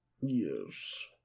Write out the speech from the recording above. Yes